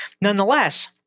nonetheless